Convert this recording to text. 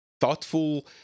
thoughtful